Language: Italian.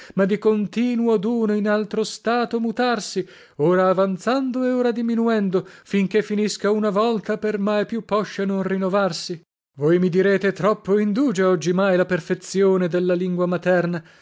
ma di continuo duno in altro stato mutarsi ora avanzando e ora diminuendo finché finisca una volta per mai più poscia non rinovarsi voi mi direte troppo indugia oggimai la perfezzione della lingua materna